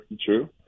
true